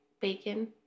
Bacon